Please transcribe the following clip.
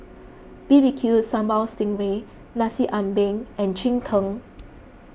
B B Q Sambal Sting Ray Nasi Ambeng and Cheng Tng